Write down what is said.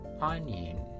onion